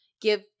give